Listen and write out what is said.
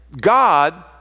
God